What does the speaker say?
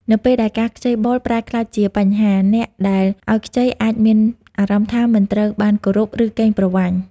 នៅពេលដែលការខ្ចីបុលប្រែក្លាយជាបញ្ហា អ្នកដែលឲ្យខ្ចីអាចមានអារម្មណ៍ថាមិនត្រូវបានគោរព ឬកេងប្រវ័ញ្ច។